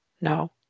No